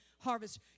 harvest